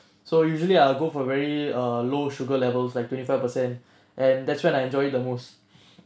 so usually I will go for very err low sugar levels like twenty five per cent and that's when I enjoy it the most